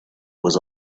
was